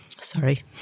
sorry